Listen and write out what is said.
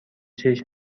چشم